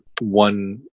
one